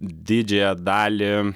didžiąją dalį